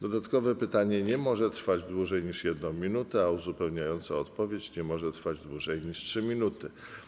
Dodatkowe pytanie nie może trwać dłużej niż 1 minutę, a uzupełniająca odpowiedź nie może trwać dłużej niż 3 minuty.